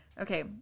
Okay